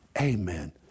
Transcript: Amen